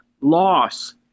loss